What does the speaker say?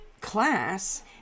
class